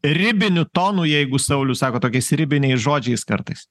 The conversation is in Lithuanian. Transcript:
ribiniu tonu jeigu saulius sako tokiais ribiniais žodžiais kartais